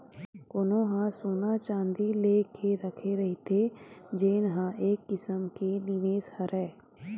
कोनो ह सोना चाँदी लेके रखे रहिथे जेन ह एक किसम के निवेस हरय